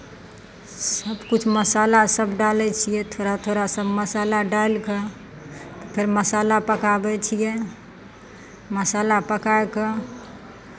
सभकिछु मसालासभ डालै छियै थोड़ा थोड़ा सभ मसाला डालि कऽ फेर मसाला पकाबै छियै मसाला पकाय कऽ